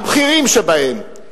הבכירים שבהם,